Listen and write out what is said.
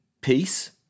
peace